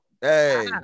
Hey